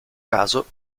caso